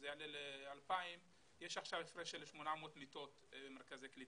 שזה יעלה ל-2,000 יש עכשיו הפרש של 800 מיטות במרכזי הקליטה.